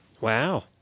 Wow